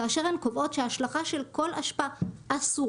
כאשר הן קובעות שהשלכה של כל אשפה אסורה,